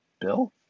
bill